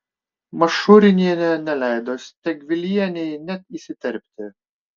mašurinienė neleido stegvilienei net įsiterpti